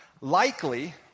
Likely